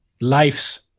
life's